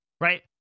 right